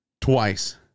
Twice